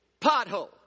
pothole